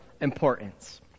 importance